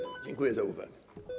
Dziękuję za uwagę.